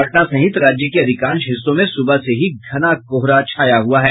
पटना सहित राज्य के अधिकांश हिस्सों में सुबह से ही घना कोहरा छाया हुआ है